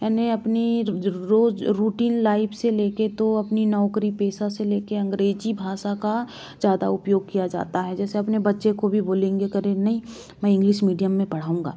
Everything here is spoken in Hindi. यानि अपनी रोज़ रूटीन लाइफ से लेकर तो अपनी नौकरी पैसा से लेकर अंग्रेजी भाषा का ज़्यादा उपयोग किया जाता है जैसे अपने बच्चे को भी बोलेंगे करे नहीं मैं इंग्लिश मीडियम में पढ़ाऊँगा